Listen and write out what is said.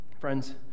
Friends